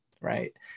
right